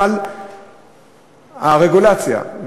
אבל הרגולציה,